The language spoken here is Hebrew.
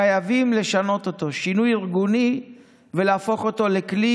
חייבים לשנות אותו שינוי ארגוני ולהפוך אותו לכלי